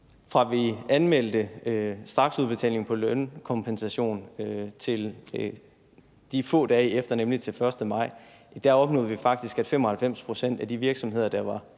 fra vi anmeldte straksudbetaling på lønkompensation til få dage efter, nemlig den 1. maj, opnåede vi faktisk, at 95 pct. af de virksomheder, der var omfattet